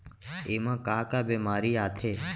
एमा का का बेमारी आथे?